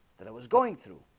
that i was going through